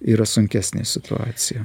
yra sunkesnė situacija